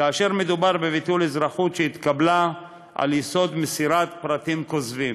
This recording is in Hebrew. כאשר מדובר בביטול אזרחות שהתקבלה על יסוד מסירת פרטים כוזבים.